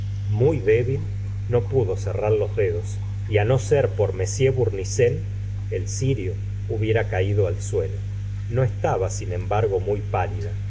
muy débil no pudo cerrar los dedos y á no ser por m bournisien el cirio hubiera caído al suelo no estaba sin embargo muy pálida